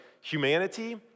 humanity